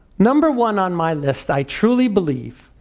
number one on my list i truly believe,